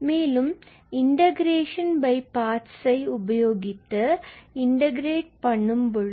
மேலும் integrate by parts உபயோகித்து integrate பண்ணலாம்